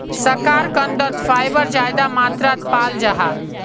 शकार्कंदोत फाइबर ज्यादा मात्रात पाल जाहा